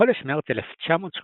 בחודש מרץ 1938